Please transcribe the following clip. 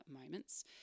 moments